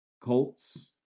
Colts